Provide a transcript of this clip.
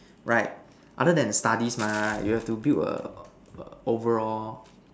right other than studies mah you have to build a overall